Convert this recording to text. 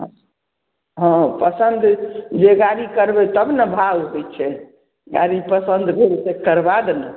हँ हँ पसन्द जे गाड़ी करबै तब ने भाओ होइत छै गाड़ी पसन्द भेलै तऽ करबा देब ने